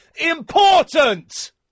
important